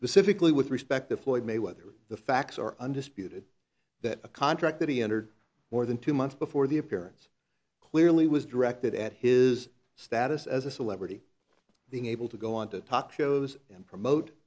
specifically with respect to floyd mayweather the facts are undisputed that a contract that he entered more than two months before the appearance clearly was directed at his status as a celebrity being able to go on to talk shows and promote